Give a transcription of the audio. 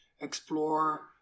explore